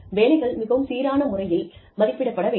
வேலைகள் மிகவும் சீரான முறையில் மதிப்பிடப்பட வேண்டும்